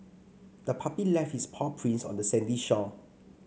the puppy left its paw prints on the sandy shore